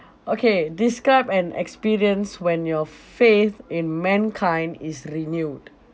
okay describe an experience when your faith in mankind is renewed